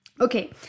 Okay